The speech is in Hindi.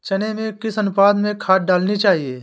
चने में किस अनुपात में खाद डालनी चाहिए?